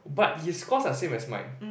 but his course are same as mine